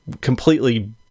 completely